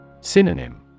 Synonym